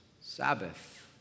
Sabbath